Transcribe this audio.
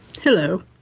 hello